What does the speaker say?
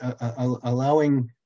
allowing